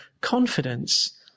confidence